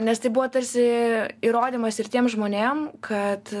nes tai buvo tarsi įrodymas ir tiem žmonėm kad